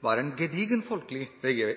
var en gedigen folkelig